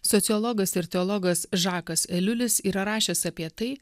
sociologas ir teologas žakas eliulis yra rašęs apie tai